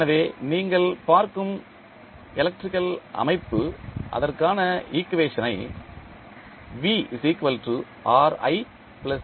எனவே நீங்கள் பார்க்கும் எலக்ட்ரிகல் அமைப்பு அதற்கான ஈக்குவேஷன் ஐ என எழுதுவோம்